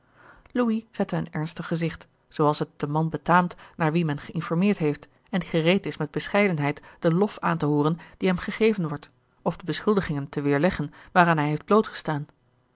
zette een ernstig gezicht zoo als het den man betaamt naar wien men geinformeerd heeft en die gereed is met bescheidenheid den lof aan te hooren die hem gegeven wordt of de beschuldigingen te weerleggen waaraan hij heeft